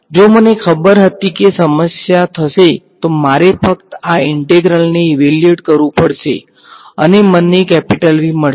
જો મને ખબર હતી કે સમસ્યા થશે તો મારે ફક્ત આ ઈન્ટેગ્રલને ઈવેલ્યુએટ કરવું પડશે અને મને V મળશે